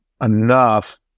enough